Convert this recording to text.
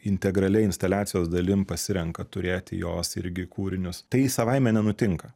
integralia instaliacijos dalim pasirenka turėti jos irgi kūrinius tai savaime nenutinka